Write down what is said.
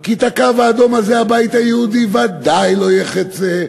כי את הקו האדום הזה הבית היהודי ודאי לא יחצה,